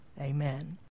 Amen